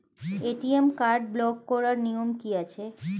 ATM card block করার নিয়ম কি আছে?